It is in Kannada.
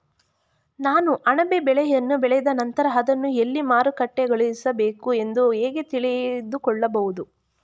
ನಾನು ಅಣಬೆ ಬೆಳೆಯನ್ನು ಬೆಳೆದ ನಂತರ ಅದನ್ನು ಎಲ್ಲಿ ಮಾರುಕಟ್ಟೆಗೊಳಿಸಬೇಕು ಎಂದು ಹೇಗೆ ತಿಳಿದುಕೊಳ್ಳುವುದು?